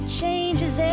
changes